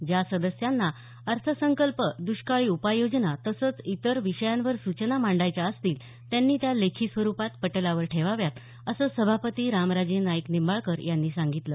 ज्या सदस्यांना अर्थसंकल्प दुष्काळी उपाययोजना तसंच इतर विषयांवर सूचना मांडायच्या असतील त्यांनी त्या लेखी स्वरुपात पटलावर ठेवाव्यात असं सभापती रामराजे नाईक निंबाळकर यांनी सांगितलं